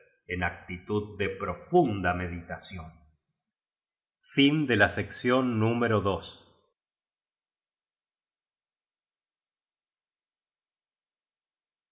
en actitud de profunda medita